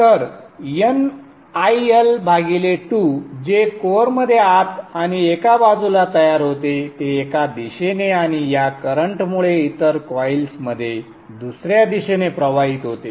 तर nlL2जे कोअरमध्ये आत आणि एका बाजूला तयार होते ते एका दिशेने आणि या करंटमुळे इतर कॉइल्समध्ये दुसऱ्या दिशेने प्रवाहित होते